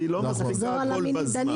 אז היא לא מספיקה הכול בזמן.